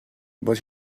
but